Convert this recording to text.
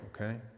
Okay